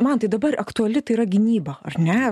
mantai dabar aktuali tai yra gynyba ar ne